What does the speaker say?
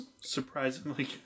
surprisingly